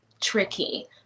tricky